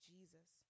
Jesus